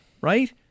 right